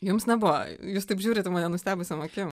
jums nebuvo jūs taip žiūrit į mane nustebusiom akim